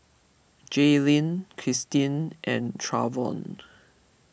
Jaylynn Kristin and Travon